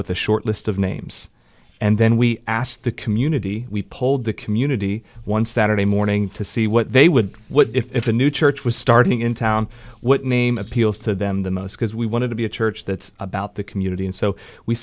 with a short list of names and then we asked the community we polled the community one saturday morning to see what they would what if a new church was starting in town what name appeals to them the most because we wanted to be a church that's about the community and so we